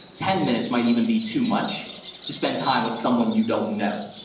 ten minutes might even be too much to spend time with someone you don't know.